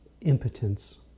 impotence